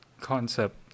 concept